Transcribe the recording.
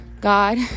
God